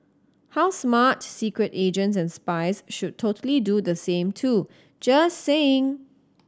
how smart secret agents and spies should totally do the same too just saying